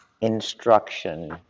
instruction